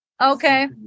Okay